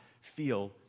feel